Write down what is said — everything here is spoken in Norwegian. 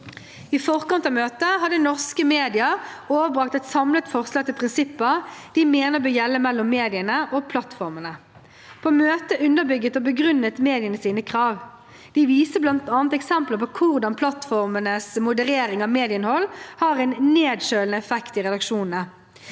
I forkant av møtet hadde norske medier overbrakt et samlet forslag til prinsipper de mener bør gjelde mellom mediene og plattformene. På møtet underbygde og begrunnet mediene sine krav. De viste bl.a. eksempler på hvordan plattformenes moderering av medieinnhold har en nedkjølende effekt i redaksjonene.